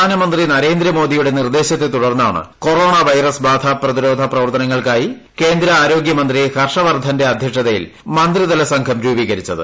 പ്രധാനമന്ത്രി നരേന്ദ്രമോദിയുടെ നിർദ്ദേശത്തെ തുടർന്നാണ് കൊറോണ വൈറസ് ബാധ പ്രതിരോധ പ്രവർത്തനങ്ങൾക്കാ്യുി കേന്ദ്ര ആരോഗ്യമന്ത്രി ഹർഷവർദ്ധന്റെ അദ്ധ്യക്ഷതയിൽ മന്ത്രിതല സ്ക്ടർല്ം രൂപീകരിച്ചത്